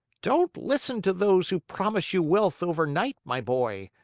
don't listen to those who promise you wealth overnight, my boy.